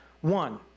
One